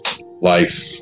life